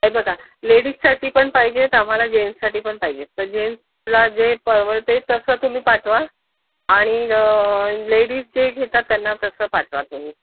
हे बघा लेडीजसाठी पण पाहिजे आहेत आम्हाला जेंट्ससाठी पण पाहिजे आहेत तर जेंट्सला जे परवडते तसं तुम्ही पाठवा आणि लेडीज जे घेतात त्यांना तसं पाठवा तुम्ही